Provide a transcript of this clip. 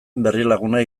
berrialaguna